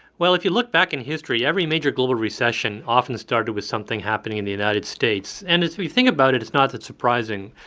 well, if you look back in history, every major global recession often started with something happening in the united states, and if we think about it, it's not that surprising.